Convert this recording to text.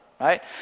right